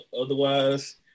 otherwise